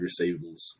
receivables